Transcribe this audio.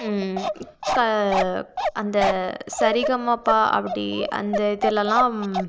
க அந்த சரிகமப அப்படி அந்த இதுலெலாம்